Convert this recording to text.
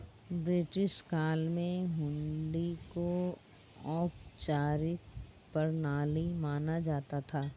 British काल में हुंडी को औपचारिक प्रणाली माना जाता था